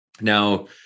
Now